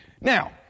Now